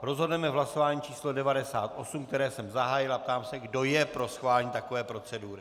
Rozhodneme v hlasování číslo 98, které jsem zahájil, a ptám se, kdo je pro schválení takové procedury.